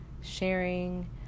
sharing